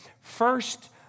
first